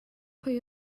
pwy